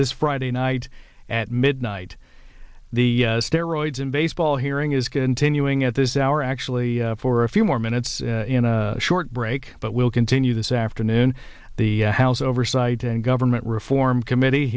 this friday night at midnight the steroids and baseball hearing is continuing at this hour actually for a few more minutes in a short break but we'll continue this afternoon the house oversight and government reform committee